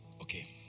okay